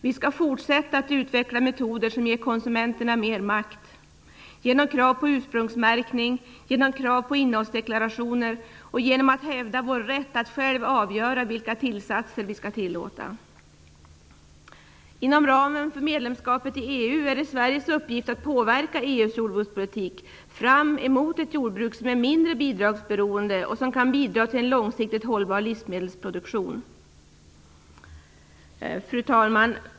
Vi skall fortsätta att utveckla metoder som ger konsumenterna mer makt genom krav på ursprungsmärkning, genom krav på innehållsdeklarationer och genom att hävda vår rätt att själva avgöra vilka tillsatser vi skall tillåta. Inom ramen för medlemskapet i EU är det Sveriges uppgift att påverka EU:s jordbrukspolitik mot ett jordbruk som är mindre bidragsberoende och som kan bidra till en långsiktigt hållbar livsmedelsproduktion. Fru talman!